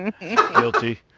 Guilty